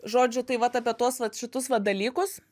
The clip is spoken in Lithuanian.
žodžiu tai vat apie tuos vat šitus va dalykus